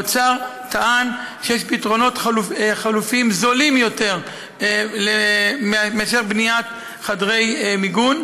האוצר טען שיש פתרונות חלופיים זולים יותר מאשר בניית חדרי מיגון,